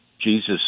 Jesus